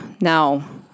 Now